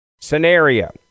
scenario